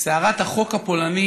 סערת החוק הפולני